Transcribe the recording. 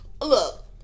look